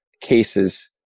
cases